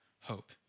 hope